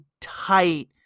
tight